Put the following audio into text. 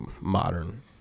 modern